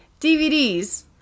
DVDs